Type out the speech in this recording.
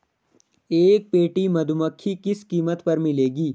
एक पेटी मधुमक्खी किस कीमत पर मिलेगी?